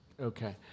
okay